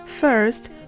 First